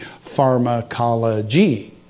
pharmacology